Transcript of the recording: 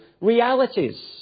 realities